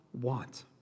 want